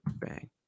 Bang